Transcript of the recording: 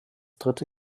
dritte